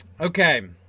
Okay